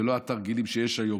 ולא התרגילים שיש היום.